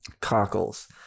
Cockles